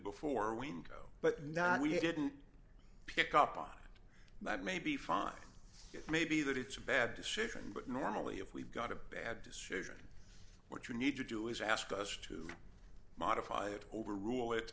before we go but not we didn't pick up on it i may be fine it may be that it's a bad decision but normally if we've got a bad decision what you need to do is ask us to modify it over